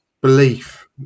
belief